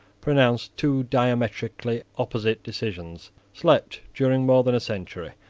pronounced two diametrically opposite decisions, slept during more than a century,